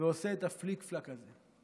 ועושה את הפליק-פלאק הזה.